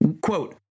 Quote